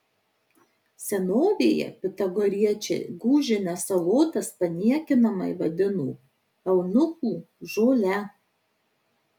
senovėje pitagoriečiai gūžines salotas paniekinamai vadino eunuchų žole